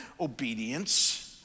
Obedience